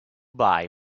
buy